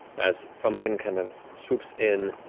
as frumpkin kind of swoops in,